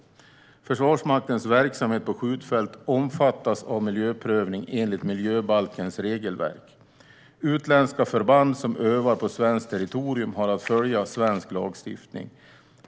Försvarsmaktens verksamhet på skjutfält omfattas av miljöprövning enligt miljöbalkens regelverk. Utländska förband som övar på svenskt territorium har att följa svensk lagstiftning.